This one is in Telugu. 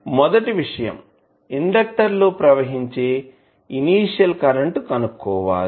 మొదటి విషయం ఇండెక్టర్ లో ప్రవహించేఇనీషియల్ కరెంటు ని కనుక్కోవాలి